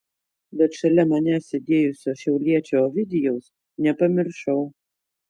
bet šalia manęs sėdėjusio šiauliečio ovidijaus nepamiršau